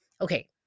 Okay